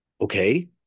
okay